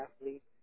athletes